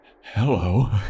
hello